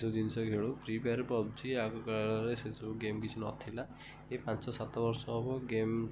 ଏସବୁ ଜିନିଷ ଖେଳୁ ଫ୍ରୀ ଫାୟାର୍ ପବ୍ଜି ଆଗକାଳରେ ସେସବୁ ଗେମ୍ କିଛି ନଥିଲା ଏଇ ପାଞ୍ଚ ସାତ ବର୍ଷ ହବ ଗେମ୍